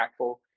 impactful